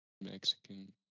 Mexican